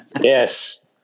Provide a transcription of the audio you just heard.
Yes